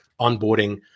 onboarding